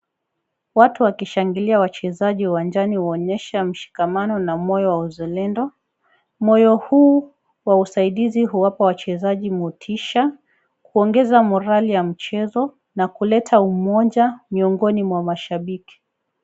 Watu wakishangilia wachezaji uwanjani huonyesha mshikamano na moto wa uzalendo. Moyo huu wa usaidizi huwapa wachezaji motisha kuongeza morali ya mchezo na kuleta umoja miongoni mwa mashabiki.